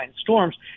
storms